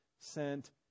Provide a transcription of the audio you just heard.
sent